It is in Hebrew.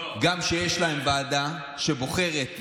גם כשיש להם ועדה שבוחרת,